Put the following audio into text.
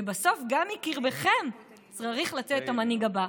ובסוף, גם מקרבכם צריך לצאת המנהיג הבא.